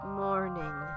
morning